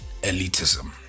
elitism